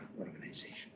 organization